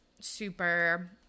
super